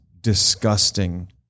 disgusting